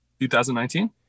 2019